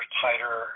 tighter